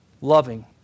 Loving